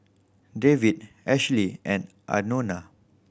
Dave Ashlea and Anona